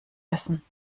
essen